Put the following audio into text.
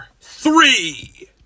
three